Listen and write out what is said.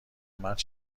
مرد